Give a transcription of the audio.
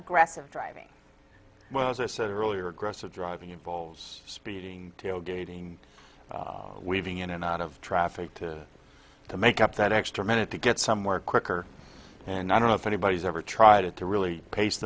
aggressive driving well as i said earlier aggressive driving involves speeding tailgating weaving in and out of traffic to to make up that extra minute to get somewhere quicker and i don't know if anybody's ever tried to really pa